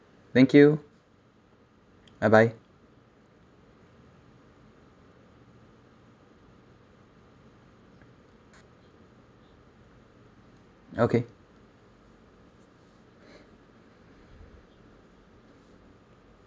thank you bye bye okay